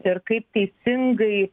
ir kaip teisingai